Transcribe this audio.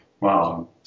wow